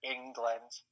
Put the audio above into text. England